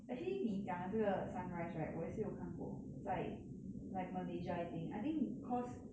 actually 你讲的这个 sunrise right 我也是有看过在 like malaysia I think I think cause